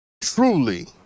truly